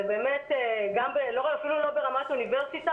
וזה אפילו לא ברמת אוניברסיטה,